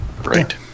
Right